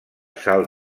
salt